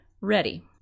ready